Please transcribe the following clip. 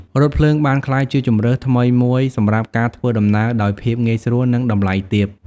រថភ្លើងបានក្លាយជាជម្រើសថ្មីមួយសម្រាប់ការធ្វើដំណើរដោយភាពងាយស្រួលនិងតម្លៃទាប។